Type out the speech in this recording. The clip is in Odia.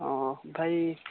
ହଁ ଭାଇ